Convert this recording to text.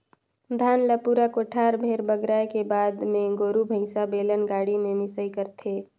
धान ल पूरा कोठार भेर बगराए के बाद मे गोरु भईसा, बेलन गाड़ी में मिंसई करथे